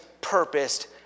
purposed